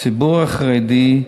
הציבור החרדי,